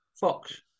Fox